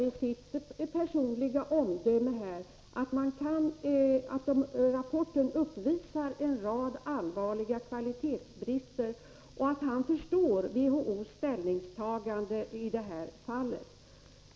I sitt personliga omdöme konstaterar han att rapporten uppvisar en rad allvarliga kvalitetsbrister, och han förstår WHO:s ställningstagande i detta fall.